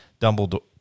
Dumbledore